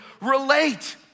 relate